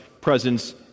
presence